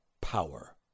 power